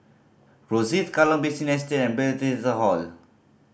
Rosyth Kallang Basin Estate and Hall